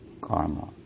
karma